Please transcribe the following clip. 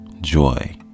joy